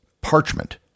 parchment